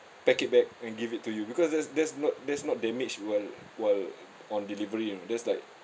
pack it back and give it to you because that's that's not that's not damaged while while on delivery you know that's like